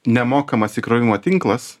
nemokamas įkrovimo tinklas